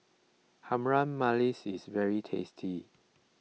Harum Manis is very tasty